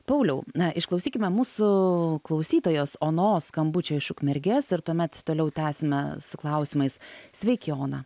pauliau na išklausykime mūsų klausytojos onos skambučio iš ukmergės ir tuomet toliau tęsime su klausimais sveiki ona